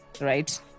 right